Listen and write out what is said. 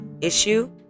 issue